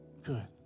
Good